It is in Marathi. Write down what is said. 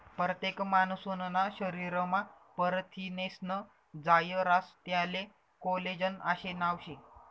परतेक मानूसना शरीरमा परथिनेस्नं जायं रास त्याले कोलेजन आशे नाव शे